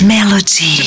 Melody